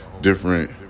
different